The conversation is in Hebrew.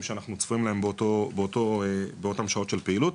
שאנחנו צפויים להם באותם השעות של הפעילות.